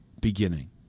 beginning